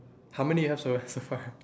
how many you have so far